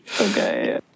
okay